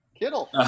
Kittle